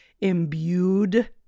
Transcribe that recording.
imbued